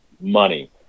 money